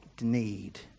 need